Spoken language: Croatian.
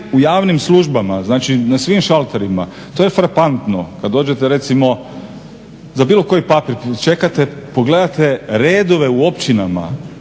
u javnim službama, znači na svim šalterima, to je frapantno. Kad dođete recimo za bilo koji papir čekate, pogledate redove u općinama,